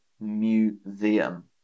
museum